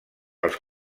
els